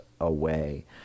away